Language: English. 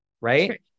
Right